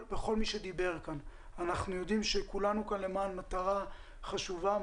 אנחנו יודעים שכולנו כאן למען מטרה חשובה,